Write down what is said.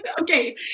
Okay